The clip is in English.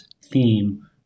theme